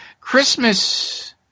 Christmas